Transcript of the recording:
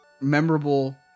memorable